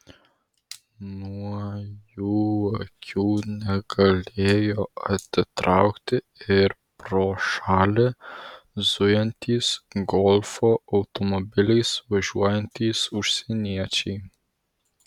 nuo jų akių negalėjo atitraukti ir pro šalį zujantys golfo automobiliais važiuojantys užsieniečiai